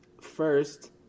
First